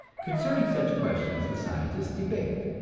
concerning such questions the scientists debate.